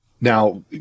Now